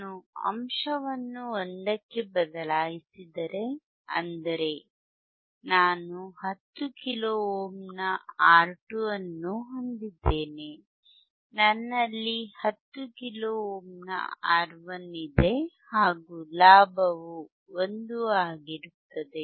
ನಾನು ಅಂಶವನ್ನು 1 ಕ್ಕೆ ಬದಲಾಯಿಸಿದರೆ ಅಂದರೆ ನಾನು 10 ಕಿಲೋ ಓಮ್ನ R2 ಅನ್ನು ಹೊಂದಿದ್ದೇನೆ ನನ್ನಲ್ಲಿ 10 ಕಿಲೋ ಓಮ್ನ R1 ಇದೆ ಹಾಗು ಲಾಭವು 1 ಆಗಿರುತ್ತದೆ